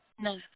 No